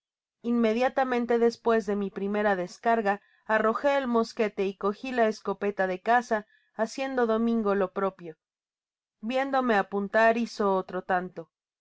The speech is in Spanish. inmediatamente despues de mi primera descarga arrojó el mosquete y cogi la escopeta de caza haciendo domingo lo propio viéndome apuntar hizo otro tanto